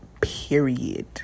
period